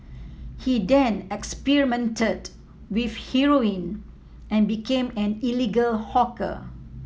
he then experimented with heroin and became an illegal hawker